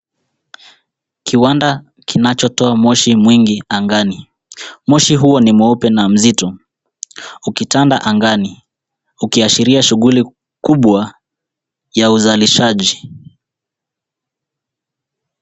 Kiwanda kinachotoa moshi mwingi angani. Moshi huo ni mweupe na mzito ukitanda angani ukiashiria shughuli kubwa ya uzalishaji.